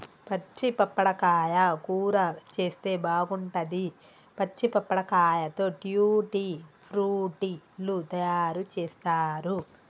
పచ్చి పప్పడకాయ కూర చేస్తే బాగుంటది, పచ్చి పప్పడకాయతో ట్యూటీ ఫ్రూటీ లు తయారు చేస్తారు